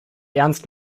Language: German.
ernst